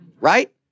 right